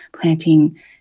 planting